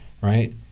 right